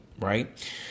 right